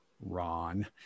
Ron